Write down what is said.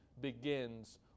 begins